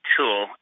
tool